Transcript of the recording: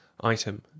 item